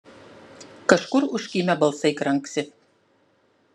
kažkur užkimę balsai kranksi